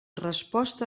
resposta